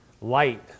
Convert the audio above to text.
light